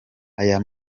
aya